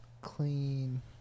clean